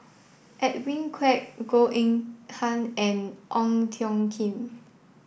Edwin Koek Goh Eng Han and Ong Tjoe Kim